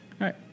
right